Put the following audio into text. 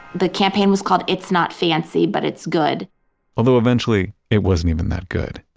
the campaign was called it's not fancy, but it's good although eventually, it wasn't even that good.